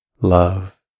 love